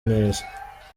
neza